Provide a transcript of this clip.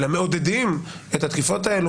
אלא מעודדים את התקיפות האלה,